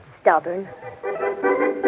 stubborn